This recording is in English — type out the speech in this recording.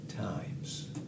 times